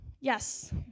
Yes